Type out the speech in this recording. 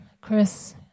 Chris